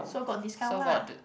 so got discount lah